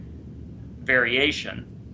variation